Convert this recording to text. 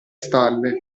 stalle